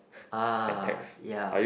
ah ya